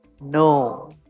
No